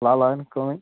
فِلحال آو نہ کٕہٕنۍ